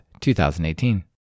2018